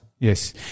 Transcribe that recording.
Yes